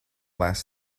last